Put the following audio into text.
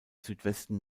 südwesten